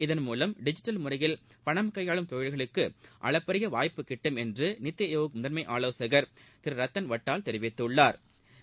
இதன்மூலம் டிஜிட்டல் முறையில் பணம் கையாளும் தொழில்களுக்கு அளப்பறிய வாய்ப்பு கிட்டும் என்று நித்தி ஆயோக் முதன்மை ஆலோசகள் திரு ரத்தன் வட்டால் தெரிவித்துள்ளாா்